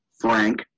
Frank